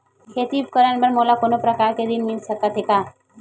खेती उपकरण बर मोला कोनो प्रकार के ऋण मिल सकथे का?